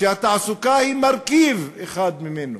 שהתעסוקה היא מרכיב אחד ממנה.